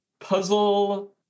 puzzle